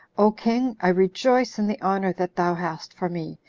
o king! i rejoice in the honor that thou hast for me,